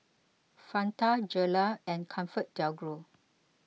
Fanta Gelare and ComfortDelGro